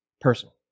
personal